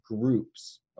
groups